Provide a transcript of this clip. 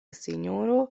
sinjoro